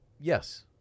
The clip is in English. Yes